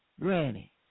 Granny